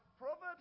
Proverbs